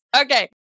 Okay